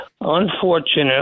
unfortunately